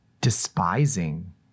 despising